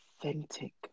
authentic